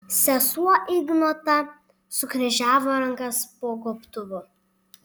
sesuo ignota sukryžiavo rankas po gobtuvu